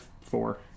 four